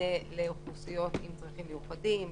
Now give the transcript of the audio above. מענה לאוכלוסיות עם צרכים מיוחדים,